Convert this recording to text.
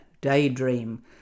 Daydream